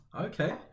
Okay